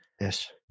Yes